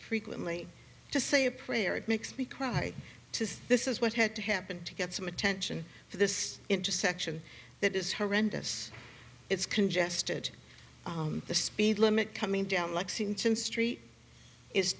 frequently to say a prayer it makes me cry to see this is what had happened to get some attention for this intersection that is horrendous it's congested the speed limit coming down lexington street is